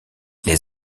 les